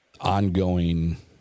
ongoing